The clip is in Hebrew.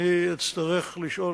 אני אצטרך לשאול.